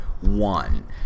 one